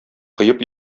коеп